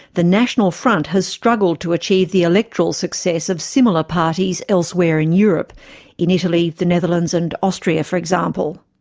the national front has struggled to achieve the electoral success of similar parties elsewhere in europe in italy, the netherlands and austria, for example.